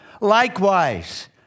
Likewise